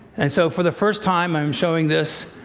and so, for the first time, i am showing this.